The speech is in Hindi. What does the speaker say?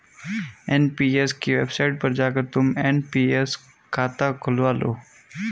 एन.पी.एस की वेबसाईट पर जाकर तुम एन.पी.एस खाता खुलवा लो